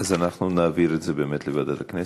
אז אנחנו נעביר את זה באמת לוועדת הכנסת,